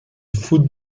foot